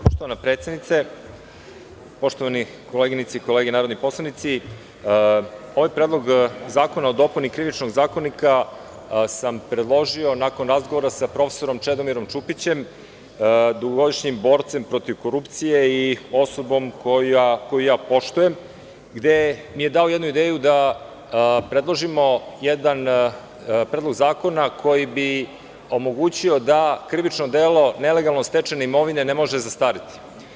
Poštovana predsednice, poštovane koleginice i kolege narodni poslanici, ovaj predlog zakona o dopuni Krivičnog zakonika sam predložio nakon razgovora sa profesorom Čedomirom Čupićem, dugogodišnjem borcem protiv korupcije i osobom koju ja poštujem, gde mi je dao jednu ideju da predložimo jedan predlog zakona koji bi omogućio da krivično delo nelegalno stečene imovine ne može zastariti.